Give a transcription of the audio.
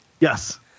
Yes